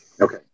Okay